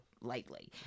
lightly